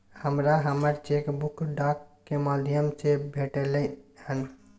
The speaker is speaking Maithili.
हमरा हमर चेक बुक डाक के माध्यम से भेटलय हन